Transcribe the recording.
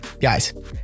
guys